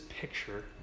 picture